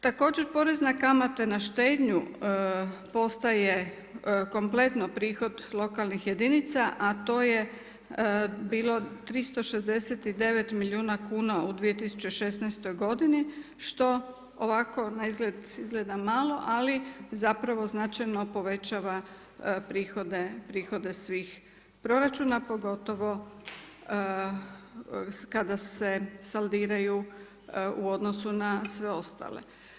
Također porez na kamate na štednju postaje kompletno prihod lokalnih jedinica, a to je bilo 369 milijuna kuna u 2016. godini što ovako na izgled izgleda malo ali zapravo značajno povećava prihode svih proračuna, pogotovo kada se saldiraju u odnosu na sve ostale.